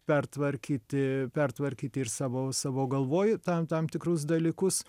pertvarkyti pertvarkyti ir savo savo galvoj tam tam tikrus dalykus